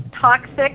Toxic